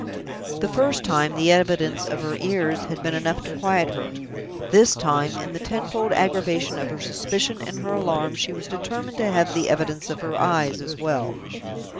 the first time the evidence of her ears had been enough to quiet her this time, in the tenfold aggravation of her suspicion and her alarm, she was determined to have the evidence of her eyes as well.